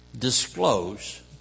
Disclose